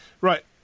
Right